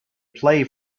play